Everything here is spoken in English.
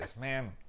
man